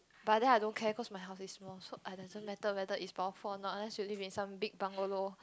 but then I don't care cause my house is small so ah doesn't matter whether it's powerful or not unless you live in some big bungalow